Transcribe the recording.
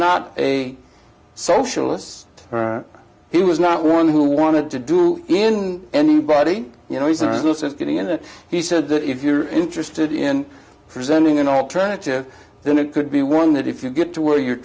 not a socialist he was not one who wanted to do in any body you know he's innocent getting into it he said that if you're interested in presenting an alternative then it could be one that if you get to where you're